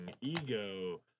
ego